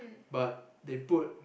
but they put